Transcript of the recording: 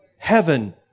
Heaven